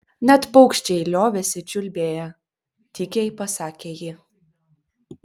net paukščiai liovėsi čiulbėję tykiai pasakė ji